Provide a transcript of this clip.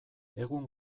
egun